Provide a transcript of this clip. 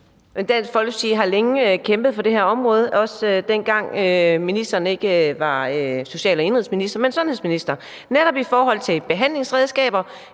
Dansk Folkeparti har længe kæmpet for det her område – også dengang, ministeren ikke var social- og indenrigsminister, men sundhedsminister – med hensyn til behandlingredskaber